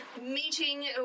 meeting